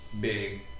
big